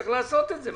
צריך לעשות את זה.